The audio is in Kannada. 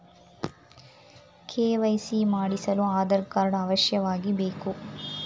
ಕೆ.ವೈ.ಸಿ ಮಾಡಿಸಲು ಆಧಾರ್ ಕಾರ್ಡ್ ಅವಶ್ಯವಾಗಿ ಬೇಕು